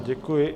Děkuji.